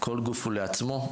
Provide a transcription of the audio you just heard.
כל גוף הוא לעצמו,